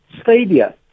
stadia